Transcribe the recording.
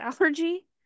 allergy